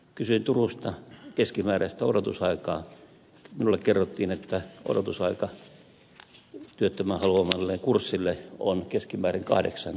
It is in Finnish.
kysyin turusta keskimääräistä odotusaikaa minulle kerrottiin että odotusaika työttömän haluamalle kurssille on keskimäärin kahdeksan kuukautta